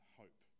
hope